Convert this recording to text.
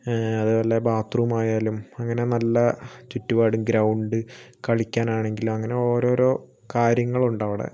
അതേപോലെ bathroom ആയാലും അങ്ങനെ നല്ല ചുറ്റ്പാട് ഗ്രൗണ്ട് കളിക്കാൻ ആണെങ്കിലും അങ്ങനെ ഓരോ ഓരോ കാര്യങ്ങൾ ഉണ്ട് അവിടെ